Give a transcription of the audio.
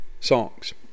songs